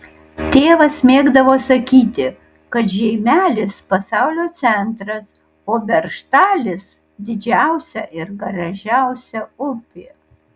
tėvas mėgdavo sakyti kad žeimelis pasaulio centras o beržtalis didžiausia ir gražiausia upė